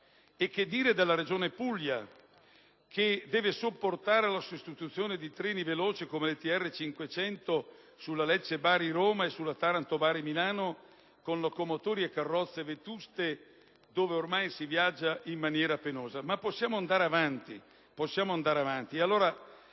Cosa dire della Regione Puglia che deve sopportare la sostituzione di treni veloci come l'ETR500 delle linee Lecce-Bari-Roma e Taranto-Bari-Milano con locomotori e carrozze vetuste dove ormai si viaggia in maniera penosa? Ma possiamo andare avanti. Allora, secondo